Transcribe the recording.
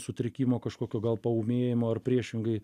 sutrikimo kažkokio gal paūmėjimo ar priešingai